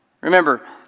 Remember